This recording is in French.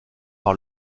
par